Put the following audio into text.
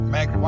Meg